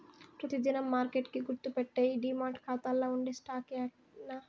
పెతి దినం మార్కెట్ కి గుర్తుపెట్టేయ్యి డీమార్ట్ కాతాల్ల ఉండే స్టాక్సే యాన్నా